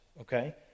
Okay